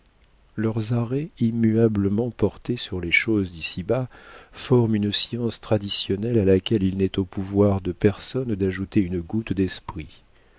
leurs arrêts immuablement portés sur les choses d'ici-bas forment une science traditionnelle à laquelle il n'est au pouvoir de personne d'ajouter une goutte d'esprit